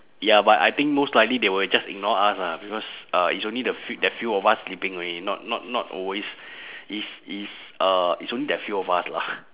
ya but I think most likely they will just ignore us lah because uh it's only the few that few of us sleeping only not not not always it's it's uh it's only that few of us lah